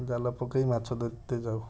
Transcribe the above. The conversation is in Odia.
ଜାଲ ପକାଇ ମାଛ ଧରତେ ଯାଉ